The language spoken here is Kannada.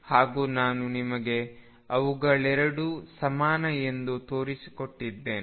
ಹಾಗೂ ನಾನು ನಿಮಗೆ ಅವುಗಳೆರಡೂ ಸಮಾನ ಎಂದು ತೋರಿಸಿಕೊಟ್ಟಿದ್ದೇನೆ